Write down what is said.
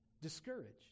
discouraged